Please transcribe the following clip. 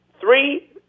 Three